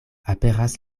aperas